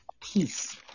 peace